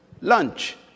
lunch